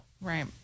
Right